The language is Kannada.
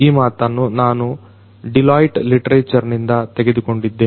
ಈ ಮಾತನ್ನ ನಾನು ಡಿಲಾಯ್ಟ್ ಲಿಟೆರೆಚರ್ ನಿಂದ ತೆಗೆದುಕೊಂಡಿದ್ದೇನೆ